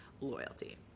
loyalty